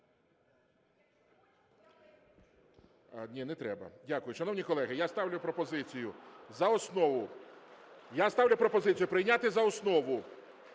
Ні, не треба. Дякую. Шановні колеги, я ставлю пропозицію за основу. Я ставлю пропозицію прийняти за основу